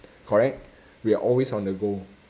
correct we are always on the go